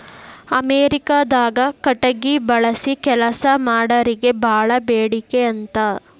ಅಮೇರಿಕಾದಾಗ ಕಟಗಿ ಬಳಸಿ ಕೆಲಸಾ ಮಾಡಾರಿಗೆ ಬಾಳ ಬೇಡಿಕೆ ಅಂತ